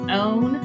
own